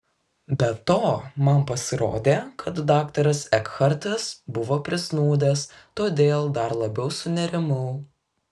be to man pasirodė kad daktaras ekhartas buvo prisnūdęs todėl dar labiau sunerimau